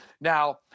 Now